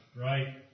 Right